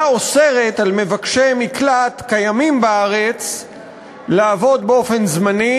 אוסרת על מבקשי מקלט קיימים בארץ לעבוד באופן זמני,